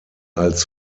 als